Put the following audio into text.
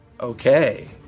Okay